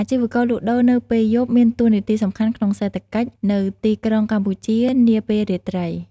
អាជីវករលក់ដូរនៅពេលយប់មានតួនាទីសំខាន់ក្នុងសេដ្ឋកិច្ចនៅទីក្រុងកម្ពុជានាពេលរាត្រី។